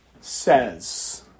says